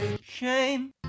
Shame